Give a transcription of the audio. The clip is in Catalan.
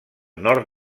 nord